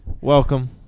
welcome